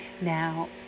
Now